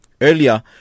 Earlier